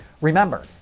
Remember